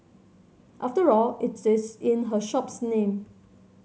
after all it is in her shop's name